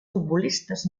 futbolistes